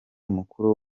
mukuru